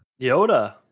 Yoda